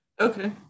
Okay